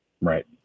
Right